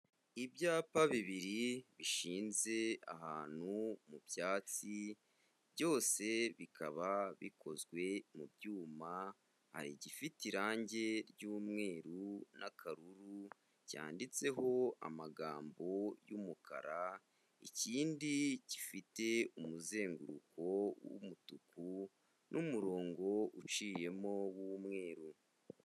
Ibyapa bibiri bishinze ahantu mu byatsi byose bikaba bikozwe mu byuma gifite irangi ry'umweru n'akaruru cyanditseho amagambo y'umukara, ikindi gifite umuzenguruko w'umutuku n'umurongo uciyemo w'umweru.